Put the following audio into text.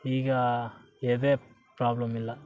ಈಗ ಯಾವ್ದೆ ಪ್ರಾಬ್ಲಮ್ ಇಲ್ಲ